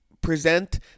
present